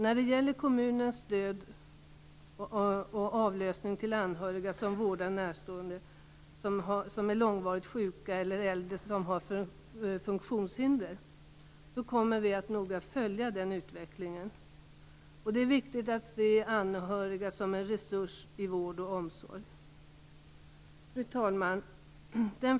När det gäller kommunens stöd och avlösning till anhöriga som vårdar närstående som är långvarigt sjuka eller äldre eller som har funktionshinder kommer vi att noga följa utvecklingen. Det är viktigt att se anhöriga som en resurs i vården och omsorgen. Fru talman!